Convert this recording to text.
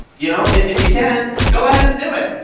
you know if if you can go ahead and do it,